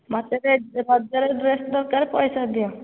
ମୋତେ ଏ ରଜରେ ଡ୍ରେସ୍ ଦରକାର ପଇସା ଦିଅ